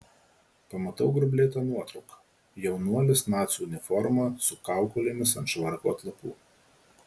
pamatau grublėtą nuotrauką jaunuolis nacių uniforma su kaukolėmis ant švarko atlapų